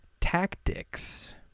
Tactics